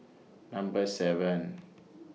Number seven